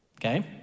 okay